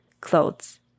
clothes